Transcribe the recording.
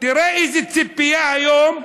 תראו איזו ציפייה היום אנחנו,